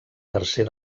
tercer